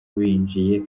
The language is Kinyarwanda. binjiye